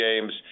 games